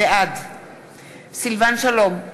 בעד סילבן שלום,